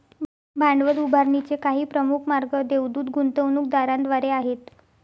भांडवल उभारणीचे काही प्रमुख मार्ग देवदूत गुंतवणूकदारांद्वारे आहेत